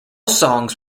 songs